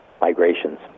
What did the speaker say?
migrations